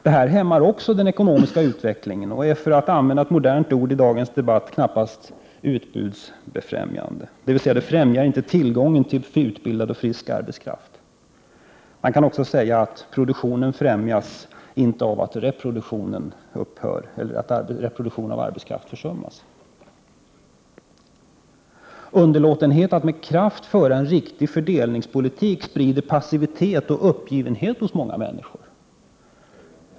Detta hämmar också den ekonomiska utvecklingen och är, för att använda ett modernt ord i dagens debatt, knappast ”utbudsbefrämjande”, dvs. det främjar inte tillgången till utbildad och frisk arbetskraft. Man kan också säga att produktionen inte främjas av att reproduktionen upphör eller att reproduktionen av arbetskraften försummas. Underlåtenhet att med kraft föra en riktig fördelningspolitik sprider passivitet och uppgivenhet hos många människor.